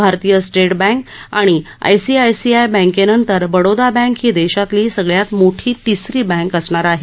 भारतीय state bank आणि ICICI बँकेनंतर बडोदा बँक ही देशातली सगळ्यात मोठी तिसरी बँक असणार आहे